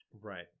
Right